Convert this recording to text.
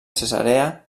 cesarea